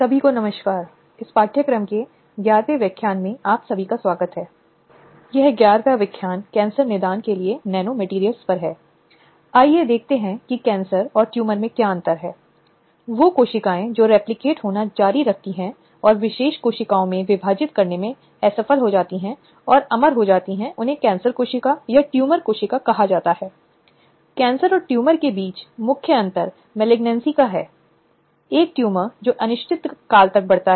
NPTEL NPTEL ONLINE CERTIFICATION COURSE course on लिंग भेद न्याय और कार्यस्थल सुरक्षाजेंडर जस्टिस एंड वर्कप्लेस सिक्योरिटी द्वारा प्रोदीपा दुबे राजीव गांधी बौद्धिक संपदा विधि विद्यालय IIT खड़गपुर लेक्चर 11 कार्यस्थल में महिलाएं जारी लिंग भेद न्याय और कार्यस्थल सुरक्षा पर पाठ्यक्रम में आप सबका स्वागत है